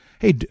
Hey